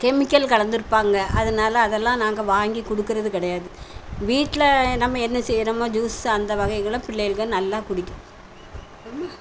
chemical கலந்திருப்பாங்க அதனால் அதெல்லாம் நாங்கள் வாங்கி கொடுக்கறது கிடையாது வீட்டில் நம்ம என்ன செய்கிறோமோ ஜூஸு அந்த வகைகளை பிள்ளையகள் நல்லா குடிக்கும் போதுமா